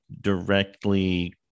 directly